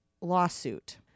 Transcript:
lawsuit